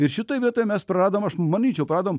ir šitoj vietoj mes praradom aš manyčiau praradom